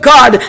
God